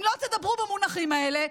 אם לא תדברו במונחים האלה,